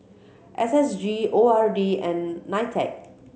S S G O R D and NITEC